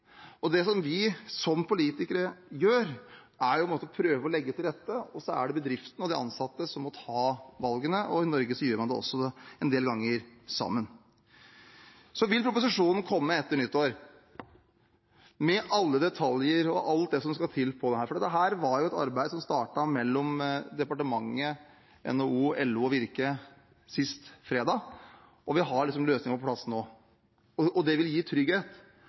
Det vi som politikere gjør, er å prøve å legge til rette, og så er det bedriftene og de ansatte som må ta valgene, og i Norge gjør man det også en del ganger sammen. Proposisjonen vil komme etter nyttår, med alle detaljer og alt som skal til her. Dette var jo et arbeid som startet mellom departementet, NHO, LO og Virke sist fredag, og vi har løsningen på plass nå. Det vil gi trygghet,